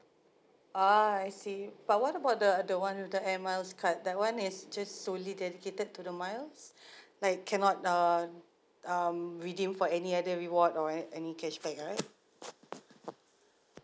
ah I see but what about the the one with the air miles card that one is just solely dedicated to the miles like cannot um redeem for any other reward or at any cashback right